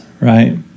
right